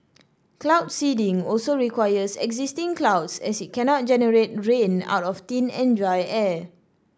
cloud seeding also requires existing clouds as it cannot generate rain out of thin and dry air